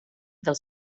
del